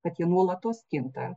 kad jie nuolatos kinta